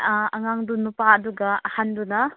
ꯑꯥ ꯑꯉꯥꯡꯗꯨ ꯅꯨꯄꯥ ꯑꯗꯨꯒ ꯑꯍꯟꯗꯨꯅ